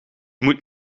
moet